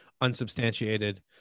unsubstantiated